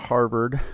Harvard